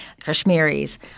Kashmiris